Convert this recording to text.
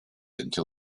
until